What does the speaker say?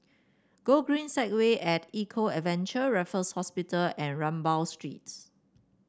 Gogreen Segway at Eco Adventure Raffles Hospital and Rambau Street